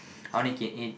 I only can eat